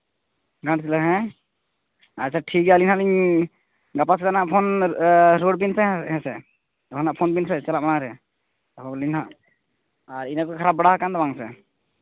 ᱜᱷᱟᱴᱥᱤᱞᱟᱹ ᱦᱮᱸ ᱟᱪᱪᱷᱟ ᱴᱷᱤᱠ ᱜᱮᱭᱟ ᱟᱹᱞᱤᱧ ᱦᱟᱸᱜ ᱞᱤᱧ ᱜᱟᱯᱟ ᱥᱮᱮᱛᱟᱜ ᱦᱟᱸᱜ ᱯᱷᱳᱱ ᱨᱩᱣᱟᱹᱲ ᱠᱤᱱᱯᱮ ᱦᱮᱸ ᱥᱮ ᱡᱟᱦᱟᱱᱟᱜ ᱯᱷᱳᱱ ᱵᱤᱱ ᱥᱮ ᱪᱟᱞᱟᱜ ᱢᱟᱲᱟᱝ ᱨᱮ ᱟᱨᱦᱚᱸ ᱟᱹᱞᱤᱧ ᱦᱟᱸᱜ ᱟᱨ ᱤᱱᱟᱹᱠᱚ ᱠᱷᱟᱨᱟᱯ ᱵᱟᱲᱟ ᱠᱟᱱ ᱫᱚ ᱵᱟᱝ ᱥᱮ